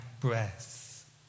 breath